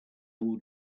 will